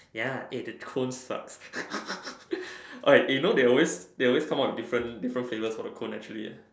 ya at the cone sucks alright you know they always they always come up with different flavors for the cone actually